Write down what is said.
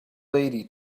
lady